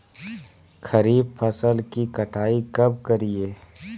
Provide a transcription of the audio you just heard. खरीफ फसल की कटाई कब करिये?